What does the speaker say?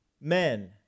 men